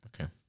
Okay